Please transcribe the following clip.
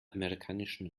amerikanischen